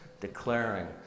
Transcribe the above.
declaring